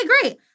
great